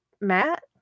matt